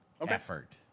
effort